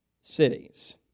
cities